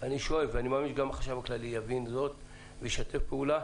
ואני מאמין שגם החשב הכללי יבין זאת וישתף פעולה